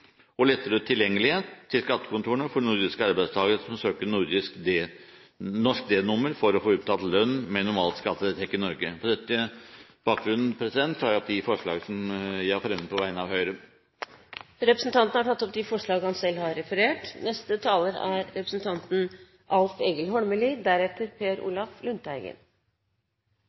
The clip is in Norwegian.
og lettere tilgjengelighet til skattekontorene for nordiske arbeidstakere som søker norsk d-nummer for å få utbetalt lønn med normalt skattetrekk i Norge. På denne bakgrunn tar jeg opp de forslag som jeg har fremmet på vegne av Høyre. Representanten Per-Kristian Foss har tatt opp de forslagene han